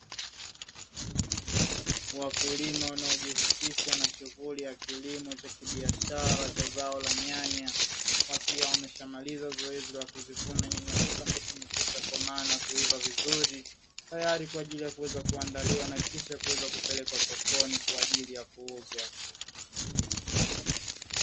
Wakulima wanaojihusisha na shughuli ya kilimo cha kibiashara cha zao la nyanya, wakiwa wameshamaliza zoezi la kuzivuna nyanya hizo ambazo zimekwisha komaa na kuiva vizuri, tayari kwa ajili ya kuweza kuandaliwa na kisha kupelekwa sokoni kwa ajili ya kuuzwa.